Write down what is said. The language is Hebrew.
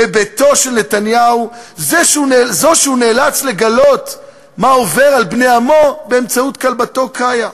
והוא נאלץ לגלות מה עובר על בני עמו באמצעות כלבתו קאיה.